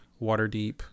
Waterdeep